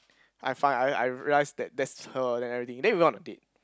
I find I I realise that that's her then everything then we went on a date